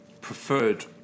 preferred